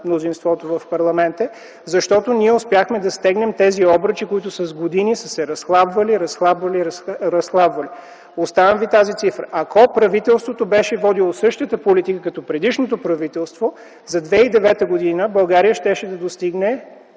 мнозинството в парламента, защото ние успяхме да стегнем тези обръчи, които с години са се разхлабвали, разхлабвали, разхлабвали. Оставям Ви тази цифра. Ако правителството беше водило същата политика като предишното правителство, за 2009 г., България щеше да достигне